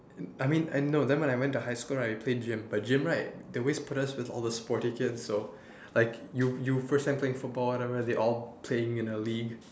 I mean I no then I went to high school right we play gym but gym right they always put us with all the sporty kids so like you you first time playing football or whatever they all playing in a league